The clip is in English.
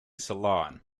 salon